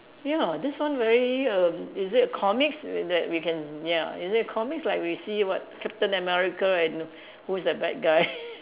ya this one very erm is it a comics in that we can ya is it a comics like we see what Captain America and who's that bad guy